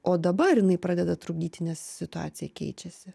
o dabar jinai pradeda trukdyti nes situacija keičiasi